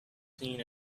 seen